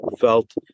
felt